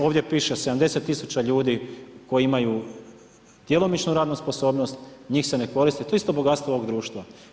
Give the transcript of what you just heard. Ovdje piše 70 000 ljudi koji imaju djelomičnu radnu sposobnost, njih se koristi, to je isto bogatstvo ovog društva.